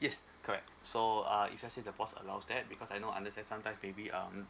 yes correct so uh if let's say the boss allows that because I know understand sometime maybe um